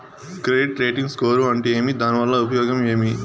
Credit rating score అంటే ఏమి దాని వల్ల ఉపయోగం ఏమి?